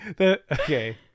Okay